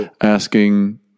asking